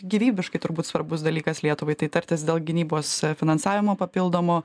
gyvybiškai turbūt svarbus dalykas lietuvai tai tartis dėl gynybos finansavimo papildomo